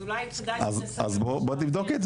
אז אולי --- אז בוא נבדוק את זה,